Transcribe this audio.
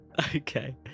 Okay